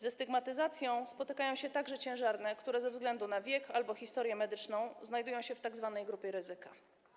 Ze stygmatyzacją spotykają się także ciężarne, które ze względu na wiek albo historię medyczną znajdują się w tzw. grupie ryzyka.